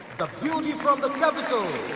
the beauty from the capital.